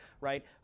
right